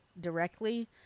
directly